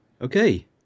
Okay